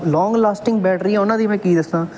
ਲੋਂਗ lasting battery ਉਹਨਾਂ ਦੀ ਮੈਂ ਕੀ ਦੱਸਾਂ